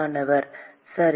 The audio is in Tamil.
மாணவர் சரி